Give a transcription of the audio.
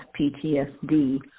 PTSD